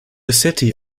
city